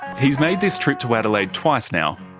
he's made the trip to adelaide twice now.